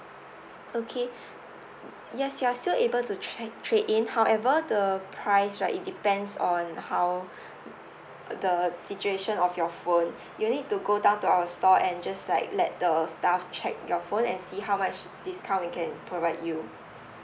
okay yes you are still able to trade trade in however the price right it depends on how the situation of your phone you need to go down to our store and just like let the staff check your phone and see how much discount we can provide you